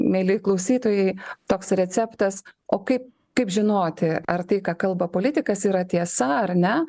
mieli klausytojai toks receptas o kaip kaip žinoti ar tai ką kalba politikas yra tiesa ar ne